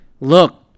look